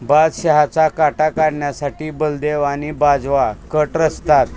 बादशहाचा काटा काढण्यासाठी बलदेव आणि बाजवा कट रचतात